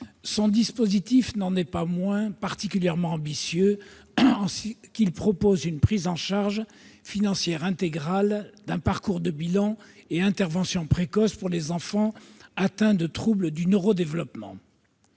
Son dispositif n'en est pas moins particulièrement ambitieux, en ce qu'il propose une prise en charge financière intégrale d'un parcours de bilan et intervention précoce pour les enfants atteints de troubles du neuro-développement